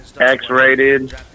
X-Rated